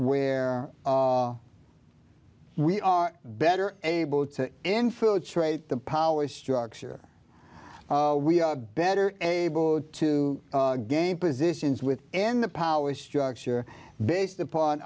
where we are better able to infiltrate the power structure we are better able to gain positions with and the power structure based upon